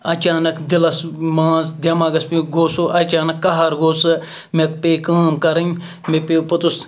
اچانک دِلَس مان ژٕ دٮ۪ماغَس پٮ۪ٹھ گوٚو سُہ اچانک کَہَر گوٚو سُہ مےٚ پے کٲم کَرٕنۍ مےٚ پیوٚو پوٚتُس